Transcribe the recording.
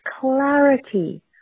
clarity